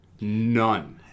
None